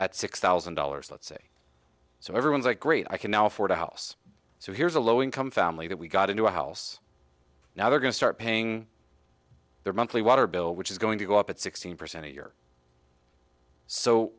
at six thousand dollars let's say so everyone's like great i can now afford a house so here's a low income family that we got into a house now they're going to start paying their monthly water bill which is going to go up at sixteen percent a year